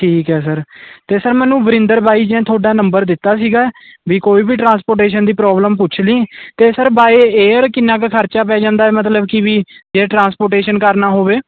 ਠੀਕ ਏ ਸਰ ਤੇ ਸਰ ਮੈਨੂੰ ਵਰਿੰਦਰ ਬਾਈ ਜੀ ਨੇ ਥਡਾ ਨੰਬਰ ਦਿੱਤਾ ਸੀਗਾ ਵੀ ਕਈ ਵੀ ਟਰਾਂਸਪੋਟੇਸ਼ਨ ਦੀ ਪ੍ਰੋਬਲਮ ਪੁੱਛ ਲੀ ਤੇ ਸਰ ਬਾਏ ਏਅਰ ਕਿੰਨਾ ਕ ਖਰਚਾ ਪੈ ਜਾਂਦਾ ਮਤਲਬ ਕੀ ਵੀ ਏਅਰ ਟਰਾਂਸਪੋਟੇਸ਼ਨ ਕਰਨਾ ਹੋਵੇ